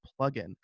plugin